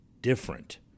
different